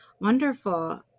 wonderful